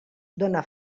dóna